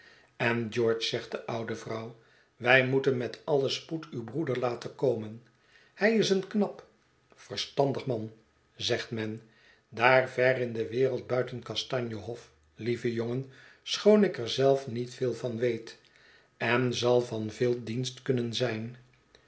en george zegt de oude vrouw wij moeten met allen spoed uw broeder laten komen hij is een knap verstandig man zegt men daar ver in de wereld buiten kastanjehof lieve jongen schoon ik er zelf niet veel van weet en zal van veel dienst kunnen zijn